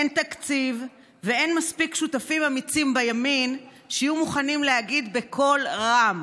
אין תקציב ואין מספיק שותפים אמיצים בימין שיהיו מוכנים להגיד בקול רם: